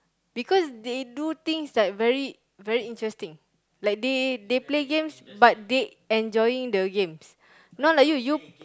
because they do things like very very interesting like they they play games but they enjoying the games not like you you